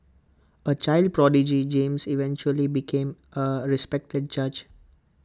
A child prodigy James eventually became A respected judge